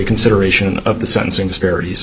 consideration of the sentencing disparities